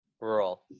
rural